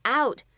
out